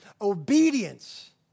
Obedience